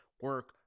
Work